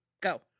go